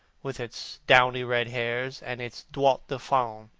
with its downy red hairs and its doigts de faune.